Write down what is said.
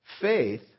Faith